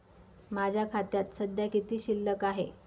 माझ्या खात्यात सध्या किती शिल्लक आहे?